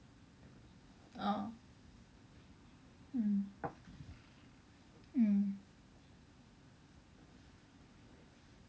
orh mm mm